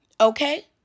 Okay